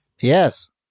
Yes